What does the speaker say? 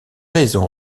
raisons